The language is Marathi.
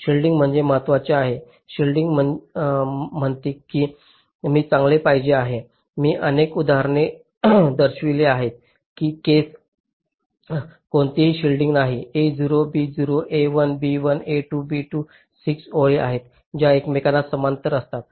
शिल्डिंग हे महत्त्वाचे आहे शिल्डिंग म्हणते की मी चांगले पाहिले आहे मी अनेक उदाहरणे दर्शविली आहेत ही केस कोणतीही शील्डिंग नाही a0 b0 a1 b1 a2 b2 6 ओळी आहेत ज्या एकमेकांना समांतर असतात